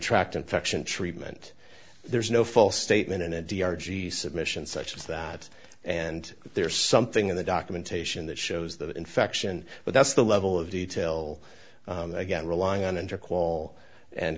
tract infection treatment there's no false statement in a d r g submission such as that and there is something in the documentation that shows that infection but that's the level of detail again relying on and